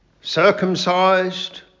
circumcised